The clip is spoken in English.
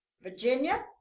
virginia